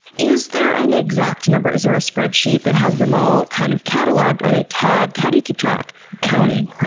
is there an exact number? is there a spreadsheet that has them all kind of catalogued? are they tagged? how do you keep track? counting.